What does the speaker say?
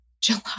July